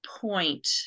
point